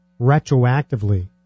retroactively